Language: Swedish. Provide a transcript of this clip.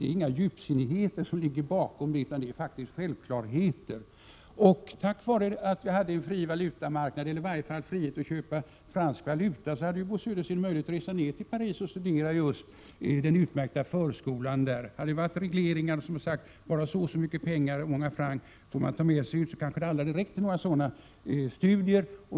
Det är inga djupsinnigheter som ligger bakom, utan det är faktiskt självklarheter. Tack vare att vi hade frihet att köpa fransk valuta, hade Bo Södersten möjlighet att resa ner till Paris och studera just den utmärkta förskolan där. Hade det funnits regleringar som talat om att endast så många francs får man ta med sig, kanske de aldrig hade räckt till några sådana studier.